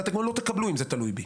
ואתם גם לא תקבלו אם זה תלוי בי,